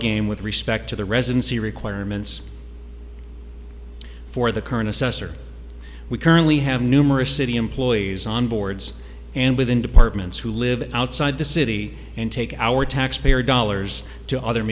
game with respect to the residency requirements for the current assessor we currently have numerous city employees on boards and within departments who live outside the city and take our taxpayer dollars to other